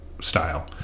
style